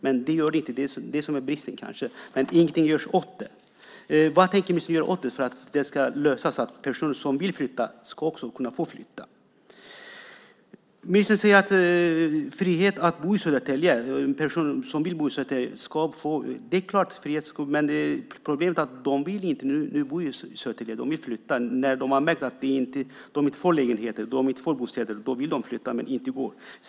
Men det gör det inte. Det är kanske det som är bristen. Men ingenting görs åt det. Vad tänker ministern göra för att det ska lösas, så att personer som vill flytta också ska kunna flytta? Ministern talar om frihet att bo i Södertälje. En person som vill bo i Södertälje ska få göra det. Det är klart. Men problemet är att de nu inte vill bo i Södertälje. De vill flytta. När de har märkt att de inte får lägenheter och att de inte får bostäder vill de flytta, men det går inte.